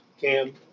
Cam